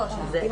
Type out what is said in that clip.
שלוש.